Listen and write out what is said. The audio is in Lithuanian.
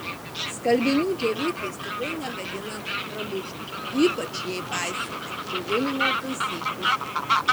skalbinių džiovyklės tikrai negadina drabužių ypač jei paisome džiovinimo taisyklių